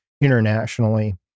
internationally